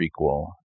prequel